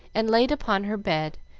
and laid upon her bed,